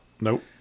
Nope